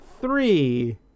three